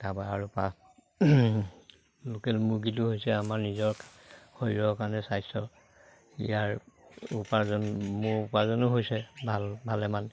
তাপা আৰু লোকেল মুৰ্গীটো হৈছে আমাৰ নিজৰ শৰীৰৰ কাৰণে স্বাস্থ্য ইয়াৰ উপাৰ্জন মোৰ উপাৰ্জনো হৈছে ভাল ভালেমান